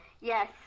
Yes